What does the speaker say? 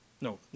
No